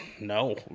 no